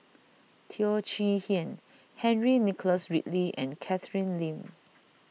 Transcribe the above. Teo Chee Hean Henry Nicholas Ridley and Catherine Lim